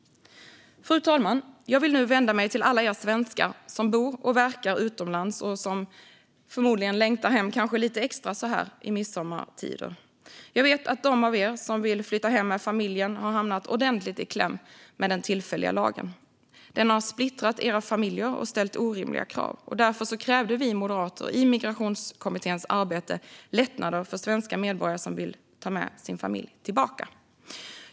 Fru talman! Jag vill nu vända mig till alla er svenskar som bor och verkar utomlands och som förmodligen längtar hem lite extra så här i midsommartider. Jag vet att de av er som vill flytta hem med familjen har hamnat ordentligt i kläm på grund av den tillfälliga lagen. Den har splittrat era familjer och ställt orimliga krav. Därför krävde vi moderater i Migrationskommitténs arbete lättnader för svenska medborgare som vill ta med sin familj tillbaka.